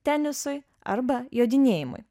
tenisui arba jodinėjimui